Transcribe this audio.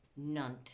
Nunt